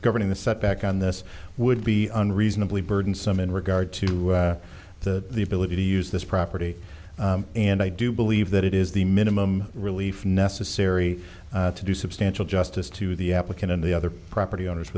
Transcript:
governing the setback on this would be unreasonably burden some in regard to the ability to use this property and i do believe that it is the minimum relief necessary to do substantial justice to the applicant and the other property owners